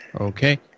Okay